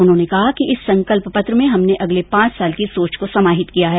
उन्होंने कहा कि इस संकल्प पत्र में हमने अगले पांच साल की सोच को समाहित किया है